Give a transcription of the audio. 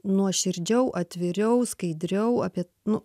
nuoširdžiau atviriau skaidriau apie nu